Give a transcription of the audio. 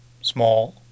small